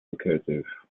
recursive